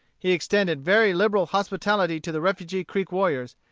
he extended very liberal hospitality to the refugee creek warriors,